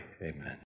amen